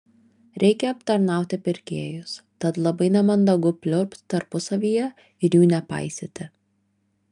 reikia aptarnauti pirkėjus tad labai nemandagu pliurpt tarpusavyje ir jų nepaisyti